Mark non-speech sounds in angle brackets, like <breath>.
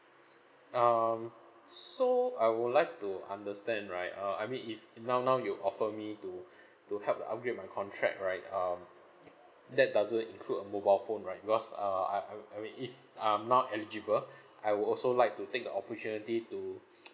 <breath> um so I would like to understand right uh I mean if now now you offer me to <breath> to help to upgrade my contract right um that doesn't include a mobile phone right because err I I I mean if I'm not eligible <breath> I would also like to take the opportunity to <breath> <noise>